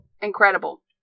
Incredible